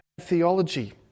theology